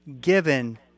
given